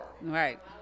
right